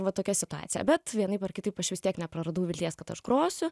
va tokia situacija bet vienaip ar kitaip aš vis tiek nepraradau vilties kad aš grosiu